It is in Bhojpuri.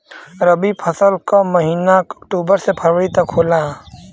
रवी फसल क महिना अक्टूबर से फरवरी तक होला